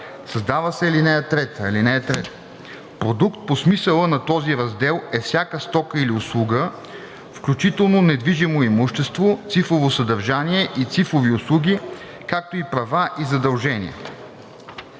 Създава се ал. 3: „(3) Продукт по смисъла на този раздел е всяка стока или услуга, включително недвижимо имущество, цифрово съдържание и цифрови услуги, както и права и задължения.“